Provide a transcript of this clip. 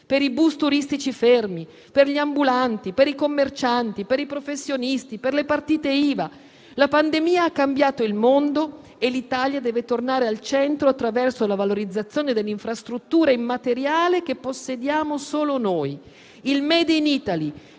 per i bus turistici fermi, per gli ambulanti, per i commercianti, per i professionisti, per le partite IVA. La pandemia ha cambiato il mondo e l'Italia deve tornare al centro, attraverso la valorizzazione dell'infrastruttura immateriale che possediamo solo noi, il *made in Italy*,